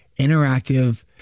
interactive